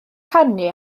canu